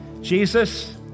Jesus